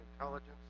intelligence